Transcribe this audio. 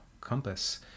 compass